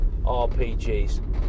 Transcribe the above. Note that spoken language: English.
RPGs